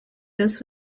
this